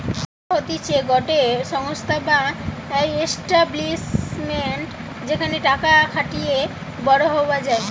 ব্যবসা হতিছে গটে সংস্থা বা এস্টাব্লিশমেন্ট যেখানে টাকা খাটিয়ে বড়ো হওয়া যায়